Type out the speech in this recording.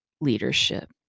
leadership